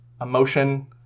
emotion